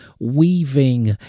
weaving